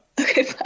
Okay